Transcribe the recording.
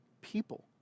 people